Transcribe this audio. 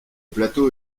plateau